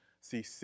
See